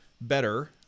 better